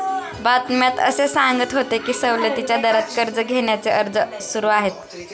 बातम्यात असे सांगत होते की सवलतीच्या दरात कर्ज घेण्याचे अर्ज सुरू आहेत